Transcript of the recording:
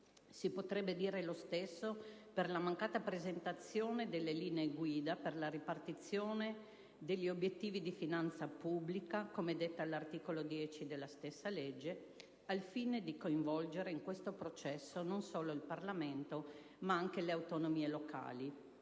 Si potrebbe dire lo stesso per la mancata presentazione delle linee guida per la ripartizione degli obiettivi di finanza pubblica, come detta l'articolo 10 della stessa legge, al fine di coinvolgere in questo processo non solo il Parlamento, ma anche le autonomie locali.